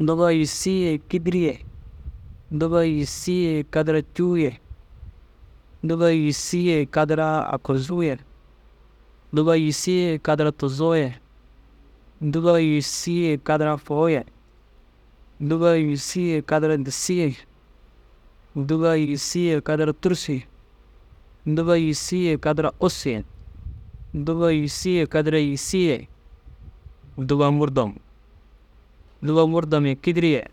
Dûba yîsii ye kîdiri ye, dûba yîsii ye kadara cûu ye, dûba yîsii ye kadara aguzuu ye, dûba yîsii ye kadara tuzoo ye, dûba yîsii ye kadara fôu ye, dûba yîsii ye kadara dissii ye, dûba yîsii ye kadara tûrusu ye, dûba yîsii ye kadara ussu ye, dûba yîsii ye kadara yîsii ye, dûba murdom. Dûba murdom ye kîdiri ye.